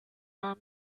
war